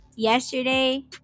yesterday